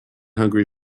hungry